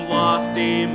lofty